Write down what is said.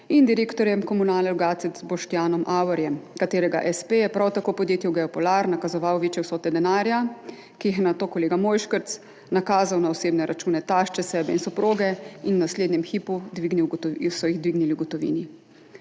in direktorjem Komunalnega podjetja Logatec, Boštjanom Averjem, katerega espe je prav tako podjetju Geopolar nakazoval večje vsote denarja, ki jih je nato kolega Mojškerc nakazal na osebne račune tašče, sebe in soproge in v naslednjem hipu so jih dvignili v gotovini.